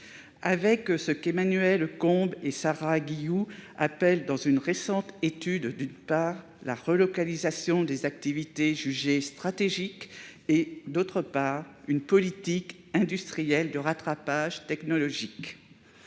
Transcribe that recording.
avec ce qu'Emmanuel Combe et Sarah Guillou appellent dans une récente étude, d'une part, la « relocalisation des activités jugées stratégiques » et, d'autre part, une « politique industrielle de rattrapage technologique